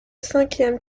cinquième